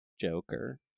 joker